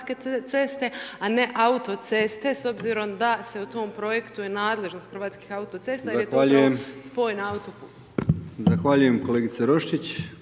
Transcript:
Hvala na